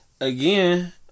Again